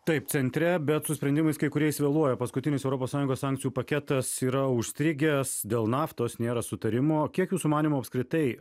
taip centre bet su sprendimais kai kuriais vėluoja paskutinis europos sąjungos sankcijų paketas yra užstrigęs dėl naftos nėra sutarimo kiek jūsų manymu apskritai